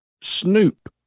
Snoop